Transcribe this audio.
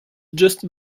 just